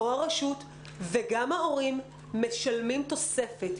או הרשות וגם ההורים משלמים תוספת,